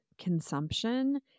consumption